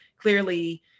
Clearly